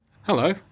hello